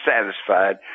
satisfied